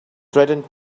threatened